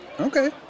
Okay